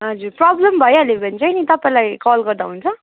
हजुर प्रब्लम भइहाल्यो भने चाहिँ नि तपाईँलाई कल गर्दा हुन्छ